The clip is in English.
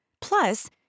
Plus